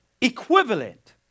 equivalent